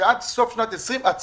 שעד סוף שנת 2020 את צריכה?